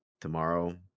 tomorrow